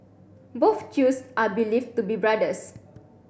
both Chews are believed to be brothers